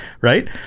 right